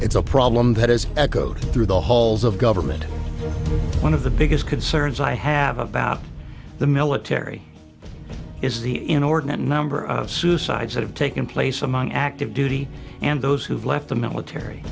it's a problem that has echoed through the halls of government one of the biggest concerns i have about the military is the inordinate number of suicides that have taken place among active duty and those who have left the military